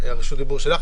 רשות הדיבור שלך.